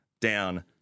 down